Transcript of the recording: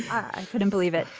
i couldn't believe it.